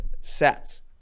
sets